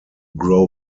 grow